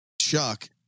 Chuck